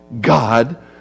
God